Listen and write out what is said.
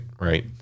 right